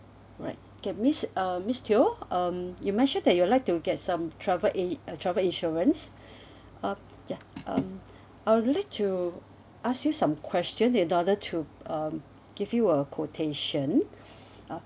alright okay miss uh miss teo um you mentioned that you'd like to get some travel a uh travel insurance um ya um I would like to ask you some question in order to um give you a quotation uh